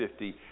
50